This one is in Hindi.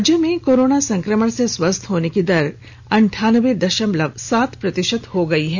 राज्य में कोरोना संक्रमण से स्वस्थ होने की दर अंठानबे दशमलव सात प्रतिशत हो गई है